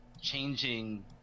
changing